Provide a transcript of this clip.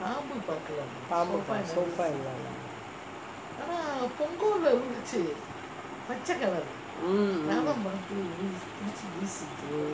பாம்பு பாக்கலே:paambu paakalae so far இல்லே:illae lah mm